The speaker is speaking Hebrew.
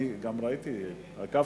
משהו מהפכני עכשיו.